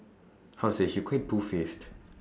how to say she quite two faced